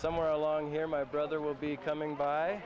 somewhere along here my brother will be coming by